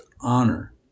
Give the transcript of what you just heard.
honor